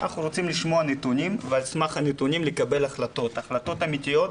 אנחנו רוצים לשמוע נתונים ועל סמך הנתונים לקבל החלטות אמיתיות,